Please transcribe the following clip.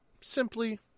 Simply